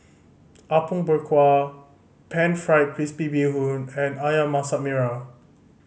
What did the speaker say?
Apom Berkuah Pan Fried Crispy Bee Hoon and Ayam Masak Merah